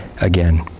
again